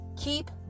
keep